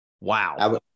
Wow